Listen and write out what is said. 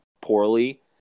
poorly